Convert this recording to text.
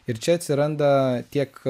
ir čia atsiranda tiek